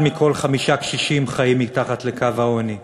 אחד מכל חמישה קשישים חי מתחת לקו העוני.